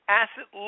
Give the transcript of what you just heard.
asset